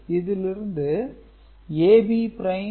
இதிலிருந்து AB prime மற்றும் Aபிரைம்B ஐ தனியாக பிரிக்கிறோம் Cout A